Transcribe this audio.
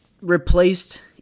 replaced